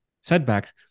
setbacks